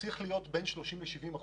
צריך להיות בין 30% ל-70%,